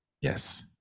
yes